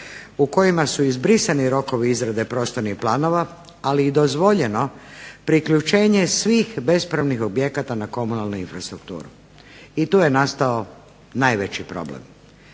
u kojima su izbrisani rokovi izrade prostornih planova, ali i dozvoljeno priključenje svih bespravnih objekata na komunalnu infrastrukturu. I tu je nastao najveći problem.